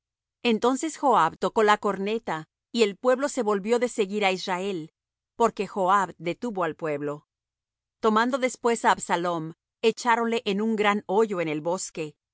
entonces joab tocó la corneta y el pueblo se volvió de seguir á israel porque joab detuvo al pueblo tomando después á absalom echáronle en un gran hoyo en el bosque y